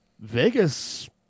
Vegas